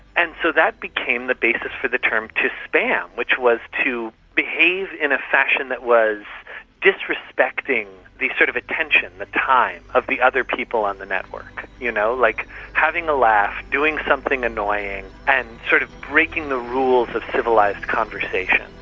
and so that became the basis for the term to spam, which was to behave in a fashion that was disrespecting the sort of attention, the time of the other people on the network. you know like having a laugh, doing something annoying and sort of breaking the rules of civilised conversation.